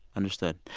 understood.